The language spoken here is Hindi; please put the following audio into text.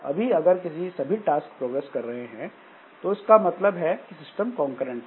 अभी अगर सभी टास्क प्रोग्रेस कर रहे हैं तो इसका मतलब सिस्टम कॉन्करेंट है